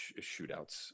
shootouts